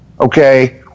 okay